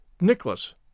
Nicholas